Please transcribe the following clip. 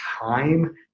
time